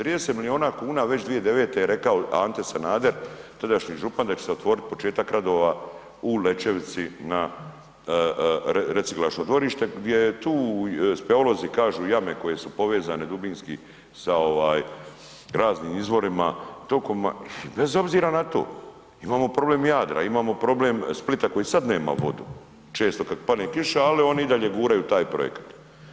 30 milijuna kuna već 2009. je rekao Ante Sanader, tadašnji župan da će se otvoriti početak radova u Lečevici na reciklažno dvorište gdje tu i speleolozi kažu jame koje su povezane dubinski sa raznim izvorima, tokovima, i bez obzira na to, imamo problem Jadra, imamo problem Splita koji sad nema vodu često kad padne kiša ali oni i dalje guraju taj projekat.